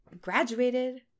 graduated